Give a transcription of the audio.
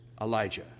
Elijah